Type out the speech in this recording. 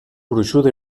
gruixuda